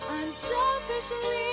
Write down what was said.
unselfishly